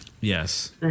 Yes